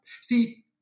See